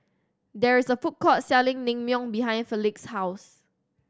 there is a food court selling Naengmyeon behind Felix's house